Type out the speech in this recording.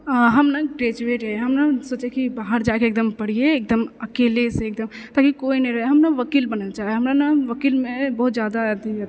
हमने ग्रेजुएट हइ हम ने सोचय कि बाहर जाके एकदम पढ़ियै एकदम अकेलेसँ एकदम ताकि कोइ नहि रहय हम ने वकील बनय लए चाहय हमरा ने वकीलमे बहुत जादा अथी हइ